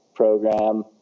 program